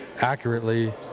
accurately